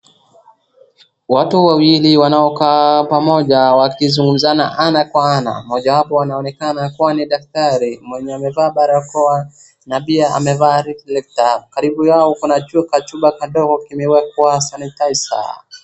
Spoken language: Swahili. Watu wawili wanaokaa pamoja wakizungumzana ana kwa ana. Mojawapo anaonekana kuwa ni daktari mwenye amevaa barakoa na pia amevaa reflector . Karibu yao kuna chupa kadogo kimewekwa sanitizer .